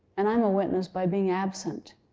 and i'm a witness by being absent,